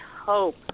hope